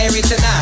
tonight